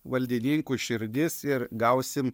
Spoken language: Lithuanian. valdininkų širdis ir gausim